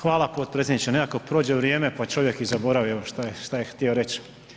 Hvala potpredsjedniče nekako prođe vrijeme pa čovjek i zaboravi šta je htio reći.